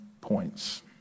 points